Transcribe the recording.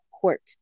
court